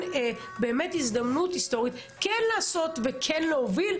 באמת הזדמנות היסטורית כן לעשות וכן להוביל,